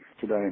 today